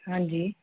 हां जी